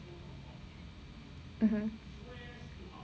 mmhmm